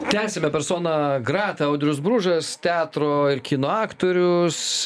tesiame persona grata audrius bružas teatro ir kino aktorius